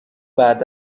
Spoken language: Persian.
بعد